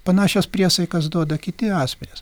panašias priesaikas duoda kiti asmenys